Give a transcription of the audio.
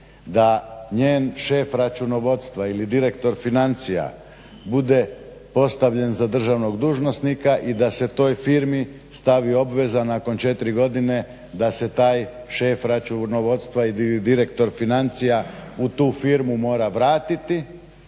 da njen šef računovodstva ili direktor financija bude postavljen za državnog dužnosnika i da se toj firmi stavi obveza nakon 4 godine da se taj šef računovodstva i direktor financija u tu firmu mora vratiti,